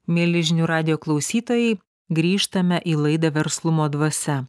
mieli žinių radijo klausytojai grįžtame į laidą verslumo dvasia